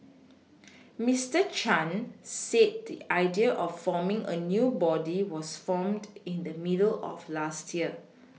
Mister Chan said the idea of forming a new body was formed in the middle of last year